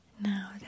Now